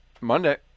Monday